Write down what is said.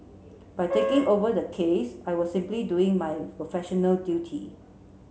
by taking over the case I was simply doing my professional duty